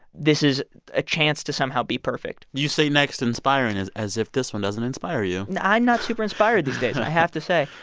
this is a chance to somehow be perfect you say next inspiring as as if this one doesn't inspire you i'm not super inspired these days. i have to say.